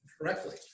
correctly